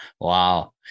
Wow